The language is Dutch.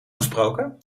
gesproken